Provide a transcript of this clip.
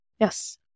Yes